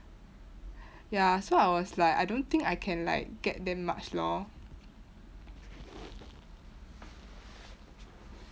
ya so I was like I don't think I can like get that much lor